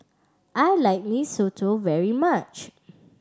I like Mee Soto very much